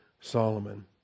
Solomon